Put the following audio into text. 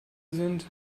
sind